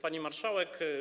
Pani Marszałek!